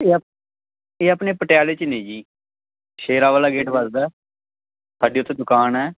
ਇਹ ਇਹ ਆਪਣੇ ਪਟਿਆਲੇ 'ਚ ਨੇ ਜੀ ਸ਼ੇਰਾ ਵਾਲਾ ਗੇਟ ਵੱਜਦਾ ਸਾਡੀ ਉੱਥੇ ਦੁਕਾਨ ਹੈ